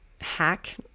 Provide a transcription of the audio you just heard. hack